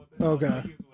Okay